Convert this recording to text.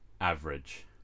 Average